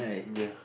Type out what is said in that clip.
ya